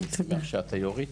אני שמח שאת היו"רית.